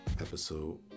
episode